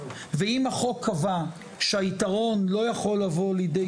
ואם החוק קבע שהיתרון לא יכול לבוא לידי